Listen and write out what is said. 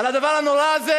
על הדבר הנורא הזה.